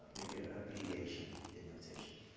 maybe a abbreviation in notation.